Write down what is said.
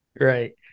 right